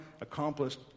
accomplished